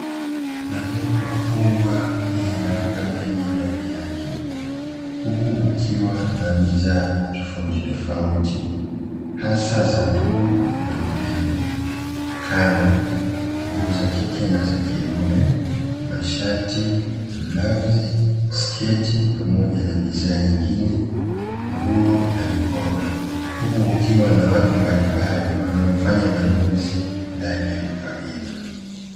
Majengo makubwa yenye maduka mengi ndani yake, huku kukiwa na bidhaa tofauti tofauti hasa za nguo na urembo kama nguo za kike na za kiume, mashati, blauzi, sketi pamoja na bidhaa nyingine, nguo na mikopa huku kukiwa na watu mbalimbali wanaofanya manunuzi ndani ya duka hilo.